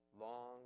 long